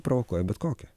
provokuoja bet kokią